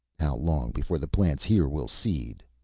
how long before the plants here will seed?